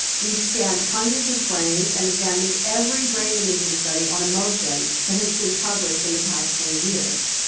we've scanned hundreds of brains, and examined every brain imaging study on emotion that has been published in the past twenty years.